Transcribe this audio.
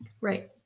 Right